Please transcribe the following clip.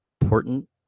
important